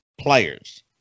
Players